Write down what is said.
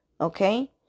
okay